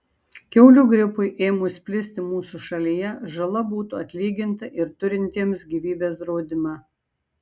kiaulių gripui ėmus plisti mūsų šalyje žala būtų atlyginta ir turintiems gyvybės draudimą